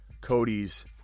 Cody's